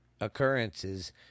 occurrences